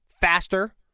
faster